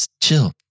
chill